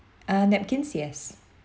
uh napkins yes